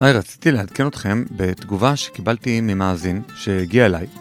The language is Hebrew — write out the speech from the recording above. היי, רציתי לעדכן אתכם בתגובה שקיבלתי ממאזין שהגיע אליי.